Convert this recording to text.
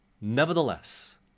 Nevertheless